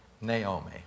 Naomi